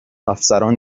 افسران